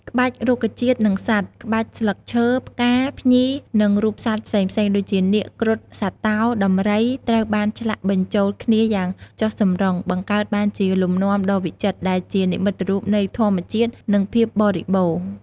ក្បាច់រុក្ខជាតិ និងសត្វ ក្បាច់ស្លឹកឈើ ផ្កា ភ្ញី និងរូបសត្វផ្សេងៗដូចជា នាគ គ្រុឌ សត្វតោ ដំរី ត្រូវ បានឆ្លាក់បញ្ចូលគ្នាយ៉ាងចុះសម្រុង បង្កើតបានជាលំនាំដ៏វិចិត្រ ដែលជានិមិត្តរូបនៃធម្មជាតិ និងភាពបរិបូរណ៌។